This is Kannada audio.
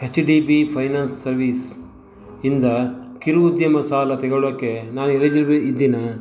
ಹೆಚ್ ಡಿ ಬಿ ಫೈನಾನ್ಸ್ ಸರ್ವೀಸಿಂದ ಕಿರು ಉದ್ಯಮ ಸಾಲ ತೆಗೊಳ್ಳೋಕ್ಕೆ ನಾನು ಎಲಿಜಿಬಲ್ ಇದ್ದೀನಾ